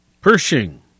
Pershing